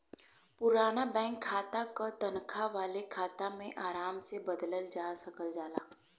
पुराना बैंक खाता क तनखा वाले खाता में आराम से बदलल जा सकल जाला